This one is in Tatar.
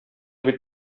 бит